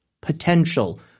potential